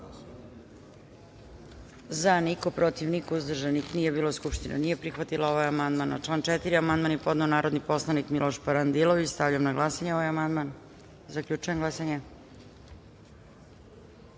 - niko, protiv - niko, uzdržanih nije bilo. Konstatujem da Skupština nije prihvatila ovaj amandman. Na član 5. amandman je podneo narodni poslanik Miloš Parandilović. Stavljam na glasanje ovaj amandman. Zaključujem glasanje: